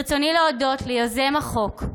ברצוני להודות ליוזם החוק,